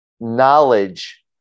knowledge